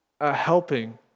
helping